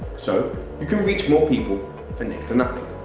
so you can reach more people for next to nothing.